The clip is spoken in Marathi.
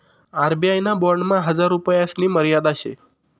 आर.बी.आय ना बॉन्डमा हजार रुपयासनी मर्यादा शे